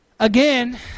Again